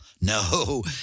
No